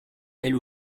elle